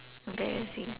embarrassing